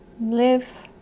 live